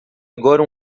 agora